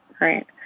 right